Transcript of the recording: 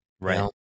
Right